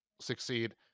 succeed